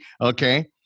Okay